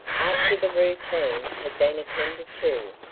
after the routine had been attended to,